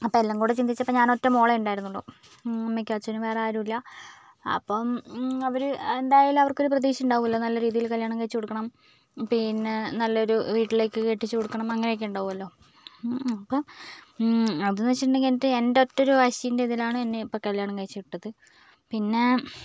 അപ്പം എല്ലാം കൂടെ ചിന്തിച്ചപ്പോൾ ഞാനൊറ്റ മോളേ ഉണ്ടായിരുന്നുളൂ അമ്മക്കും അച്ഛനും വേറാരുമില്ല അപ്പം അവർ എന്തായാലും അവർക്കൊരു പ്രതീക്ഷ ഉണ്ടാവല്ലൊ നല്ല രീതിയിൽ കല്യാണം കഴിച്ച് കൊടുക്കണം പിന്നെ നല്ലൊരു വീട്ടിലേക്ക് കെട്ടിച്ച് കൊടുക്കണം അങ്ങനൊക്കെ ഉണ്ടാവല്ലോ അപ്പം അതെന്ന് വെച്ചിട്ടുണ്ടെങ്കിൽ എൻ്റെ ഒറ്റൊരു വാശീൻ്റെ ഇതിലാണ് എന്നെ ഇപ്പോൾ കല്യാണം കഴിച്ച് വിട്ടത് പിന്നെ